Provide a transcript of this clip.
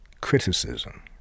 criticism